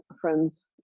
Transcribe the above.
friend's